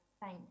Thank